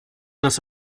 das